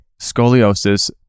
scoliosis